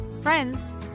friends